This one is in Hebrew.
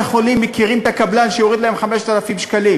מכירים את הקבלן שיוריד להם 5,000 שקלים,